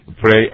pray